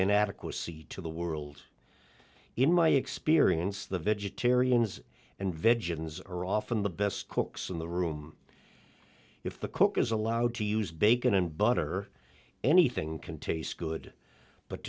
inadequacy to the world in my experience the vegetarians and vegans are often the best cooks in the room if the cook is allowed to use bacon and butter anything can taste good but